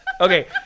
Okay